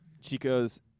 Chico's